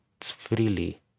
freely